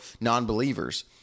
non-believers